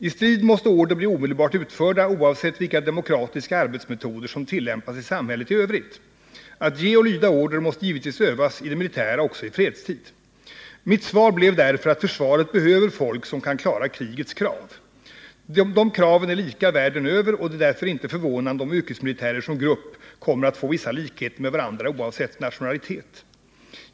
I strid måste order bli omedelbart utförda, oavsett vilka demokratiska arbetsmetoder som tillämpas i samhället i övrigt. Att ge och Ivda order måste givetvis övas i det militära också i fredstid. Mitt svar blev därför att försvaret behöver folk som kan klara krigets krav. De kraven är lika världen över, och det är därför inte förvånande om yrkesmilitärer som grupp ' kommer att få vissa likheter med varandra oavsett nationalitet.